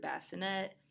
bassinet